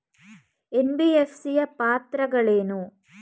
NBFC ಯ ಪಾತ್ರಗಳೇನು?